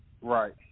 Right